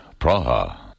Praha